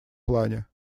плане